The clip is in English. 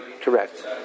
correct